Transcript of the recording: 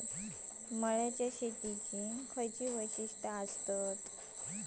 मळ्याच्या शेतीची खयची वैशिष्ठ आसत?